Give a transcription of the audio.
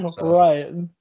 Right